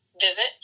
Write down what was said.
Visit